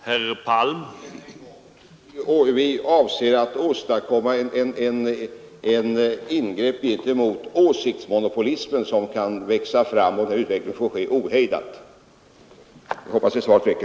Herr talman! Än en gång: Vi avser att åstadkomma ett ingrepp mot den åsiktsmonopolism som kan växa fram om den nuvarande utvecklingen får fortgå ohejdat. Jag hoppas att det svaret räcker.